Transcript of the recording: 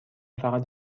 فقط